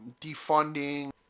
defunding